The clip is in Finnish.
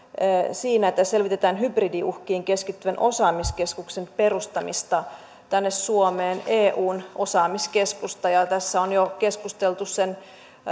siinä että selvitetään hybridiuhkiin keskittyvän osaamiskeskuksen perustamista tänne suomeen eun osaamiskeskusta tässä on jo keskusteltu sen